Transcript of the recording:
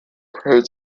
prior